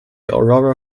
aurora